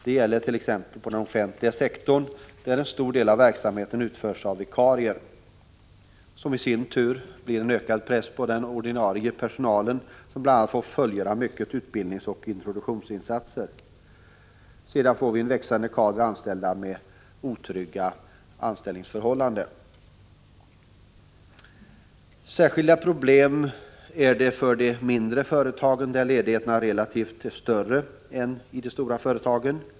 Det gäller t.ex. på den offentliga sektorn, där en stor del av verksamheten utförs av vikarier, vilket innebär en ökad press på den ordinarie personalen, som bl.a. får fullgöra mycket av utbildningsoch introduktionsinsatser. Vidare blir det en växande kader människor med otrygga anställningsförhållanden. Särskilda problem är det också för de mindre företagen, där ledigheterna relativt sett är större än i de stora företagen.